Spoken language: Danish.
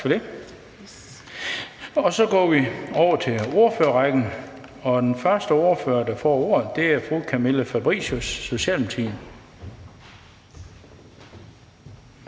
Så går vi over til ordførerrækken, og den første ordfører, der får ordet, er fru Camilla Fabricius, Socialdemokratiet.